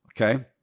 Okay